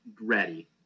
ready